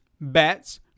bats